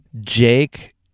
Jake